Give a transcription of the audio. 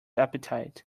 appetite